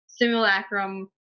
simulacrum